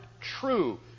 true